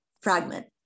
fragment